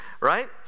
right